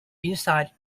inside